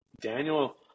Daniel